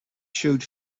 showed